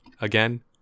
again